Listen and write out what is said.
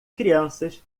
crianças